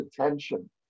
attention